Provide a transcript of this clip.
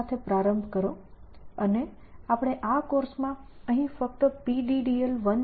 0 સાથે પ્રારંભ કરો અને આપણે આ કોર્સમાં અહીં ફક્ત PDDL 1